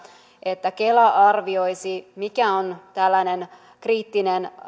että kela arvioisi mikä on tällainen kriittinen